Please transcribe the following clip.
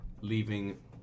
leaving